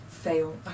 FAIL